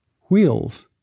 wheels